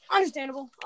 Understandable